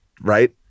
Right